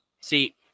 See